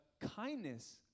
kindness